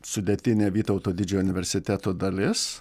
sudėtinė vytauto didžiojo universiteto dalis